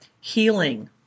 healing